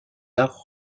arts